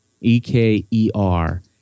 E-K-E-R